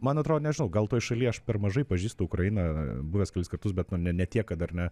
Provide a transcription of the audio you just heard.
man atrodo nežinau gal toj šaly aš per mažai pažįstu ukrainą buvęs kelis kartus bet nu ne ne tiek kad ar ne